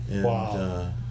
Wow